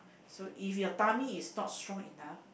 so if your tummy is not strong enough